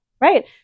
right